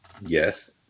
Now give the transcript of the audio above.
yes